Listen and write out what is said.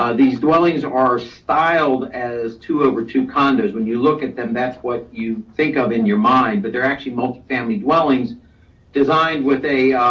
these dwellings are styled as two over two condos. when you look at them, that's what you think of in your mind, but they're actually multifamily dwellings designed with a,